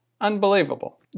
unbelievable